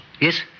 Yes